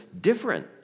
different